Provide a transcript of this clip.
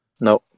no